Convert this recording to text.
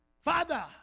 Father